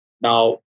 Now